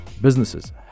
businesses